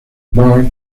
bart